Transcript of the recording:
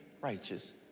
righteous